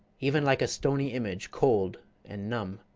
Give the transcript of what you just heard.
even like a stony image, cold and numb.